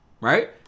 Right